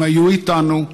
הם היו איתנו,